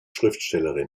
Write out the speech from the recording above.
schriftstellerin